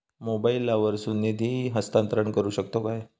मोबाईला वर्सून निधी हस्तांतरण करू शकतो काय?